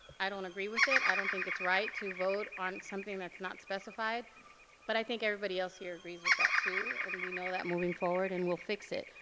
i don't agree with it, i don't think it's right to vote on something that's not specified but i think everybody else here agrees with that too and we know that moving forward and we'll fix it.